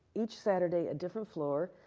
each saturday, a different floor.